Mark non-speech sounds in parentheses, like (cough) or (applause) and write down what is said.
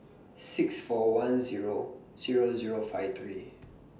six four one Zero Zero Zero five three (noise)